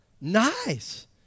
nice